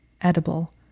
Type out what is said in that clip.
Edible